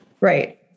Right